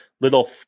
little